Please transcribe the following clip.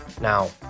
Now